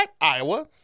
Iowa